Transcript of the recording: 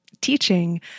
teaching